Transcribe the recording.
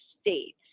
State